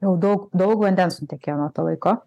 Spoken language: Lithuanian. jau daug daug vandens nutekėjo nuo to laiko